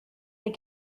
des